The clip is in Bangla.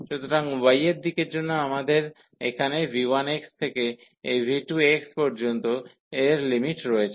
সুতরাং y এর দিকের জন্য আমাদের এখানে v1x থেকে এই v2x পর্যন্ত এর লিমিট রয়েছে